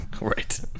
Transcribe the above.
Right